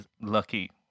Lucky